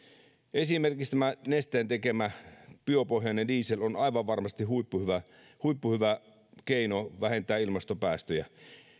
esimerkiksi tämä nesteen tekemä biopohjainen diesel on aivan varmasti huippuhyvä huippuhyvä keino vähentää ilmastopäästöjä